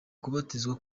kubatizwa